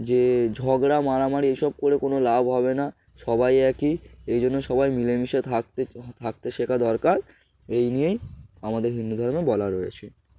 যে ঝগড়া মারামারি এসব করে কোনো লাভ হবে না সবাই একই এই জন্য সবাই মিলেমিশে থাকতে থাকতে শেখা দরকার এই নিয়েই আমাদের হিন্দু ধর্মে বলা রয়েছে